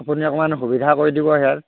আপুনি অকণমান সুবিধা কৰি দিব সেয়াত